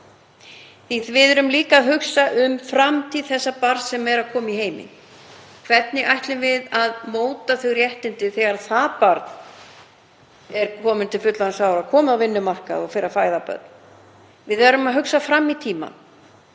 Við erum líka að hugsa um framtíð þess barns sem er að koma í heiminn. Hvernig ætlum við að móta þau réttindi þegar barnið er komið til fullorðinsára, komið á vinnumarkað og fer að fæða börn? Við erum að hugsa fram í tímann,